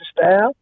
staff